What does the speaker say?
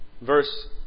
verse